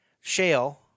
Shale